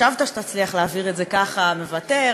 חשבת שתצליח להעביר את זה ככה: מוותר,